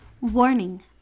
Warning